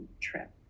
trip